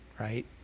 Right